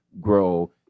grow